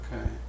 Okay